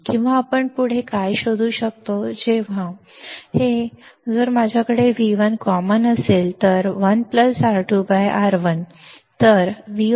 किंवा आपण पुढे काय शोधू शकतो जेव्हा हे काहीच नाही पण जर माझ्याकडे V1 कॉमन असेल तर 1 R2 R1